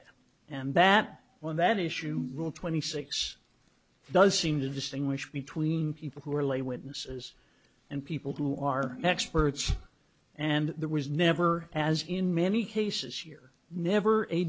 at and that on that issue rule twenty six does seem to distinguish between people who are lay witnesses and people who are experts and there was never as in many cases here never a